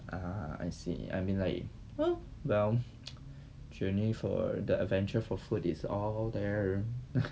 ah I see I mean like hmm well journey for the adventure for food is all there